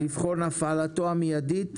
לבחון הפעלתו המיידית,